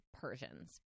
Persians